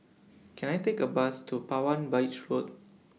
Can I Take A Bus to Palawan Beach Walk